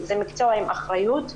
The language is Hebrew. זה מקצוע עם אחריות.